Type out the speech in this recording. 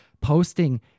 posting